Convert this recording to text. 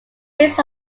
based